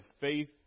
faith